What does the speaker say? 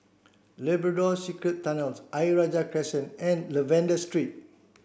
Labrador Secret Tunnels Ayer Rajah Crescent and Lavender Street